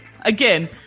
again